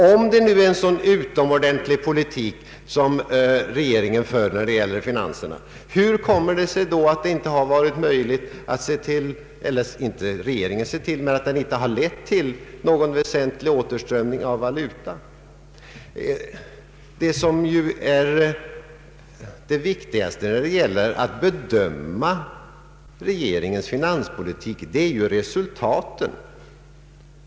Om det nu är en så utomordentlig finanspolitik som regeringen för, hur kommer det sig då att denna politik inte lett till någon väsentlig återströmning av valuta? Det viktigaste när det gäller att bedöma regeringens finanspolitik är ju att se till resultaten.